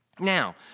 Now